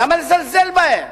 למה לזלזל בהם?